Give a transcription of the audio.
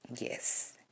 Yes